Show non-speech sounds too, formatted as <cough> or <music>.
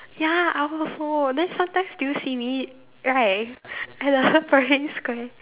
ya I also then sometimes do you see me right at the <laughs> Parade Square